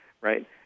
right